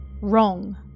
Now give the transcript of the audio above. wrong